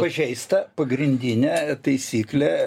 pažeista pagrindinė taisyklė